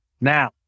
Now